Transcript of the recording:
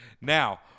Now